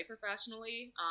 professionally